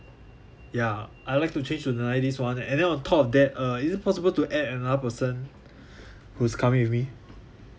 ya I would like to change to the nine days [one] and then on top of that uh is it possible to add another person who's coming with me